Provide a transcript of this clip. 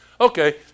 Okay